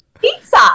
pizza